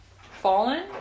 Fallen